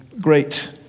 great